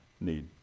need